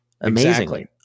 Amazingly